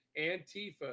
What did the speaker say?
antifa